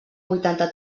vuitanta